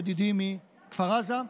ידידי מכפר עזה.